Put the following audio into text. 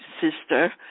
sister